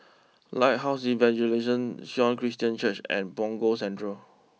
Lighthouse Evangelism Sion Christian Church and Punggol Central